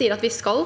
sier at vi skal